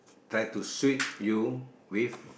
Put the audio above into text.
try to sweep you with